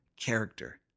character